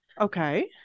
Okay